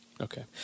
Okay